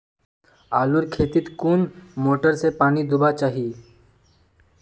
आलूर खेतीत कुन मोटर से पानी दुबा चही?